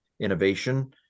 innovation